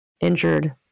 injured